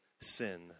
sin